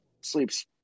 sleeps